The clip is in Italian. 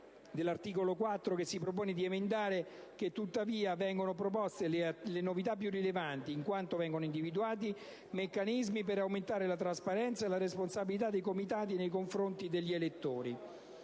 dell'articolo 4, che si propone di emendare, che tuttavia vengono proposte le novità più rilevanti, in quanto vengono individuati meccanismi per aumentare la trasparenza e la responsabilità dei Comitati nei confronti degli elettori.